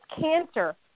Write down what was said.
cancer